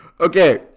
Okay